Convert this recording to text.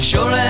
Sure